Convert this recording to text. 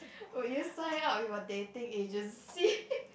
would you sign up with a dating agency